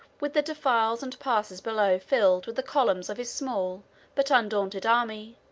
with the defiles and passes below filled with the columns of his small but undaunted army,